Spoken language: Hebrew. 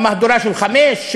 במהדורה של 17:00,